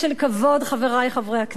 חברי חברי הכנסת,